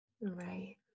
Right